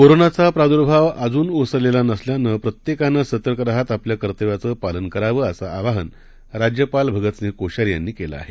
कोरोनाचाप्राद्भावअजूनओसरलेलानसल्यानंप्रत्येकानंसतर्करहातआपल्याकर्तव्याचंपालनकरावंअसंआवाहनराज्यपालभगतसिं हकोश्यारीयांनीकेलंआहे